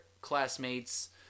classmates